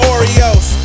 Oreos